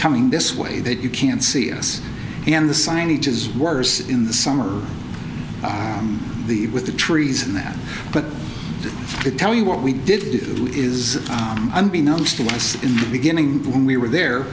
coming this way that you can't see us and the signage is worse in the summer on the with the trees and that but to tell you what we did do is unbeknownst to us in the beginning when we were there